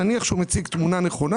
נניח שהוא מציג תמונה נכונה,